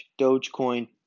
Dogecoin